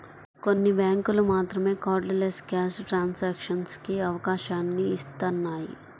కొన్ని బ్యేంకులు మాత్రమే కార్డ్లెస్ క్యాష్ ట్రాన్సాక్షన్స్ కి అవకాశాన్ని ఇత్తన్నాయి